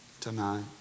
tonight